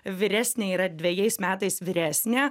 vyresnė yra dvejais metais vyresnė